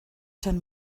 ten